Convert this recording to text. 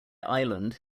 island